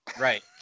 Right